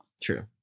True